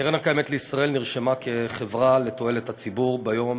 קרן קיימת לישראל נרשמה כחברה לתועלת הציבור ביום